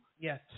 Yes